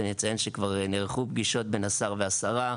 אני אציין שכבר נערכו פגישות בין השר והשרה.